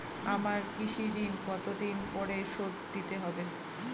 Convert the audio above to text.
আমার কৃষিঋণ কতদিন পরে শোধ দিতে হবে?